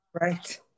Right